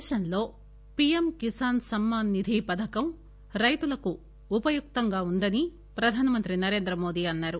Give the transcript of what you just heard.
దేశంలో పీఎం కిసాస్ సమ్మా నిధి పథకం రైతులకు ఉపయుక్తంగా ఉందని ప్రధానమంత్రి నరేంద్రమోదీ అన్నారు